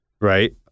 right